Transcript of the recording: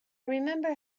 remember